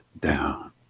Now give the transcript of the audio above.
down